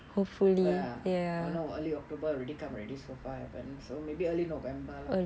ya no early october already come already so far haven't so maybe early november lah